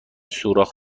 سوراخ